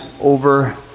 over